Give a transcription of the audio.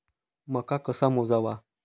मका कसा मोजावा?